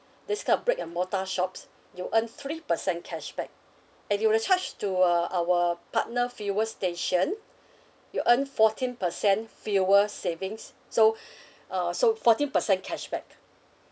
this kind of brick and mortar shops you'll earn three percent cashback and you will charge to uh our partner fuel station you'll earn fourteen percent fuel savings so uh so fourteen percent cashback